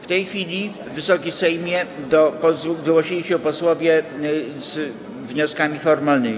W tej chwili, Wysoki Sejmie, zgłosili się posłowie z wnioskami formalnymi.